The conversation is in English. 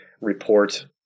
report